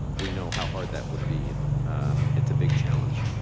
um we know how hard that would be, and it's a big challenge.